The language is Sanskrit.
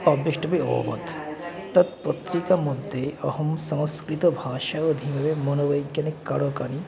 पब्लिष्ट् बि अभवत् तत् पत्रिका मध्ये अहम् संस्कृतभाषा अधीनेव मनोवैज्ञानिककार्यणि